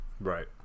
Right